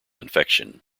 infection